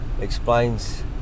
explains